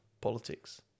Politics